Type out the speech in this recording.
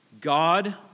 God